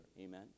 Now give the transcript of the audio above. amen